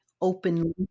openly